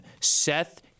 Seth